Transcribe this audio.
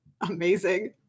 Amazing